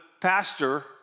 pastor